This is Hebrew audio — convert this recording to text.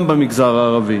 גם במגזר הערבי.